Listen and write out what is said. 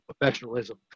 professionalism